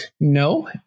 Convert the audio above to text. No